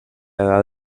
edad